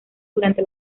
durante